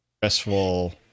stressful